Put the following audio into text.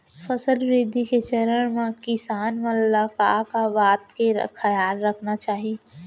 फसल वृद्धि के चरण म किसान मन ला का का बात के खयाल रखना चाही?